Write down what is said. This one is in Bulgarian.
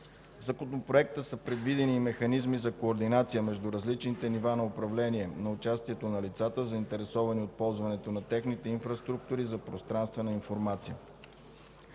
Законопроекта са предвидени и механизми за координация между различните нива на управление, на участието на лицата, заинтересовани от ползването на техните инфраструктури за пространствена информация.